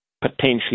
potentially